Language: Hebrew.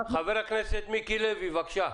חבר הכנסת מיקי לוי, בבקשה.